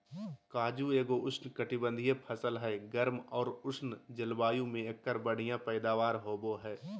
काजू एगो उष्णकटिबंधीय फसल हय, गर्म आर उष्ण जलवायु मे एकर बढ़िया पैदावार होबो हय